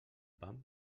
pam